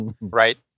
Right